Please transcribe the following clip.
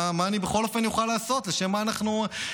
מה אני אוכל לעשות בכל אופן?